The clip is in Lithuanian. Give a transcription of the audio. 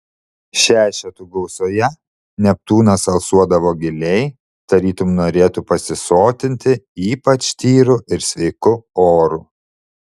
šešetų gausoje neptūnas alsuodavo giliai tarytum norėtų pasisotinti ypač tyru ir sveiku oru